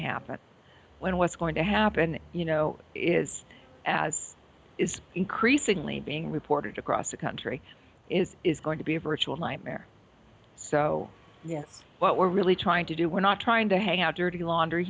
happen when what's going to happen you know is as is increasingly being reported across the country is is going to be a virtual nightmare so what we're really trying to do we're not trying to hang out dirty laundry